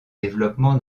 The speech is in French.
développement